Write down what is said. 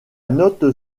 note